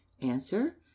answer